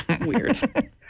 weird